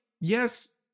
yes